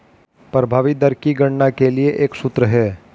प्रभावी दर की गणना के लिए एक सूत्र है